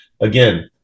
again